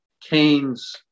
Keynes